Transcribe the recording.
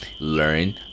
learn